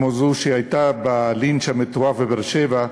כמו זו שהייתה בלינץ' המתועב בבאר-שבע,